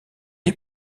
est